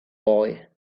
boy